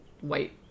white